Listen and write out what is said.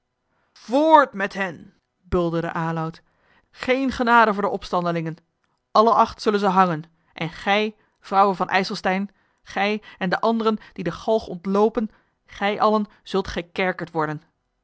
voort met hen bulderde aloud geen genade voor de opstandelingen alle acht zullen zij hangen en gij vrouwe van ijselstein gij en de anderen die de galg ontloopen gij allen zult gekerkerd worden